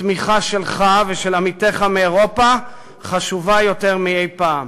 התמיכה שלך ושל עמיתיך מאירופה חשובה יותר מאי-פעם.